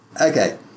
Okay